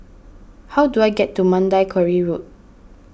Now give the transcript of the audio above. how do I get to Mandai Quarry Road